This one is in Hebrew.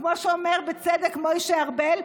כמו שאומר בצדק מוישה ארבל,